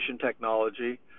technology